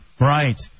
Right